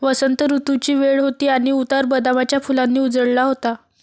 वसंत ऋतूची वेळ होती आणि उतार बदामाच्या फुलांनी उजळला होता